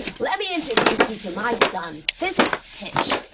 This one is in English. let me introduce you to my son. this is titch.